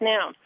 Now